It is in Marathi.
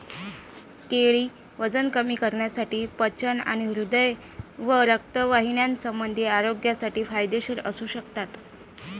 केळी वजन कमी करण्यासाठी, पचन आणि हृदय व रक्तवाहिन्यासंबंधी आरोग्यासाठी फायदेशीर असू शकतात